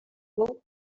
fou